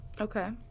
Okay